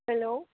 hello